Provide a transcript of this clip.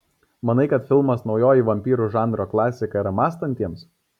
manai kad filmas naujoji vampyrų žanro klasika yra mąstantiems